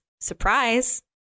surprise